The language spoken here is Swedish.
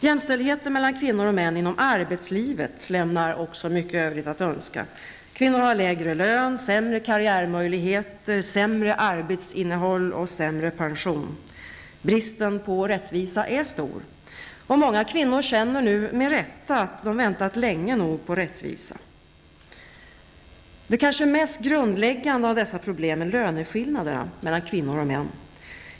Jämställdheten mellan kvinnor och män inom arbetslivet lämnar också mycket övrigt att önska. Kvinnor har lägre lön, sämre karriärmöjligheter, sämre arbetsinnehåll och sämre pension. Bristen på rättvisa är stor. Många kvinnor känner nu, med rätta, att de väntat länge nog på rättvisa. Det kanske mest grundläggande av dessa problem är löneskillnaderna mellan kvinnor och män.